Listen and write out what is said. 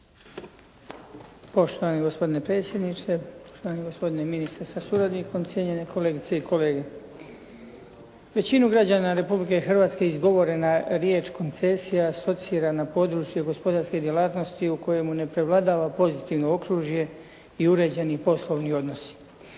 Poštovani gospodine predsjedniče, poštovani gospodine ministre sa suradnikom, cijenjene kolegice i kolege. Većinu građana Republike Hrvatske izgovorena riječ koncesija asocira na područje gospodarske djelatnosti u kojemu ne prevladava pozitivno okružje i uređeni poslovni odnosi.